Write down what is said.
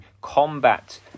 combat